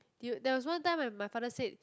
you there was one time when my father said